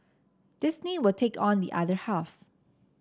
Disney will take on the other half